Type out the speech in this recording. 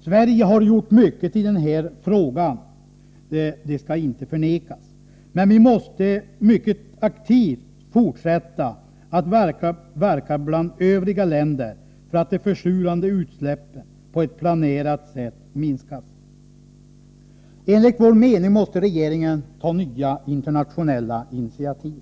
Sverige har gjort mycket i den här frågan, det skall inte förnekas, men vi måste mycket aktivt fortsätta att verka bland övriga länder för att de försurande utsläppen på ett planerat sätt minskas. Enligt vår mening måste regeringen ta nya internationella initiativ.